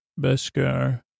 Beskar